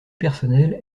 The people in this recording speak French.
personnelle